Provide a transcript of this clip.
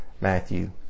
Matthew